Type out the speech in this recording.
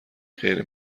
غیر